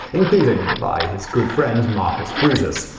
including by his good friend marcus brutus.